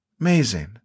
Amazing